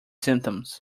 symptoms